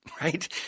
right